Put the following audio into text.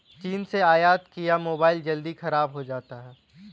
चीन से आयत किया मोबाइल जल्दी खराब हो जाता है